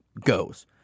goes